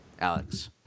Alex